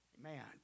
Man